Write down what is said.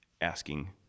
asking